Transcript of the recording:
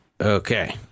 okay